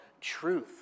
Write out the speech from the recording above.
truth